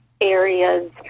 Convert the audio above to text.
areas